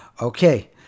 Okay